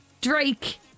Drake